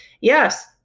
Yes